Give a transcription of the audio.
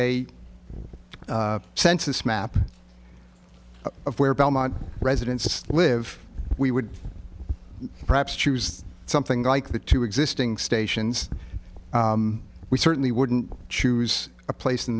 a census map of where belmont residents live we would perhaps choose something like the two existing stations we certainly wouldn't choose a place in